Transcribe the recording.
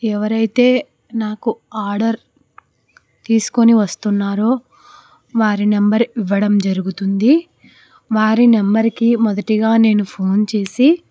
ఎవరైతే నాకు ఆర్డర్ తీసుకుని వస్తున్నారో వారి నెంబర్ ఇవ్వడం జరుగుతుంది వారి నెంబర్కి మొదటిగా నేను ఫోన్ చేసి